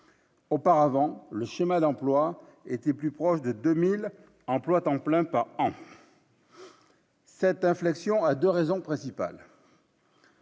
Auparavant, le schéma d'emplois était plus proche de 2000 emplois à temps plein par an. Cette inflexion à 2 raisons principales.